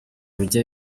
bijya